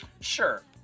Sure